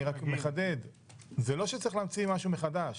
אני רק מחדד: זה לא שצריך להמציא משהו מחדש,